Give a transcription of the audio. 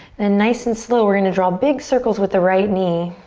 then nice and slow we're gonna draw big circles with the right knee.